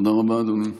תודה רבה, אדוני.